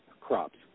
crops